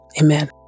Amen